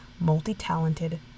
multi-talented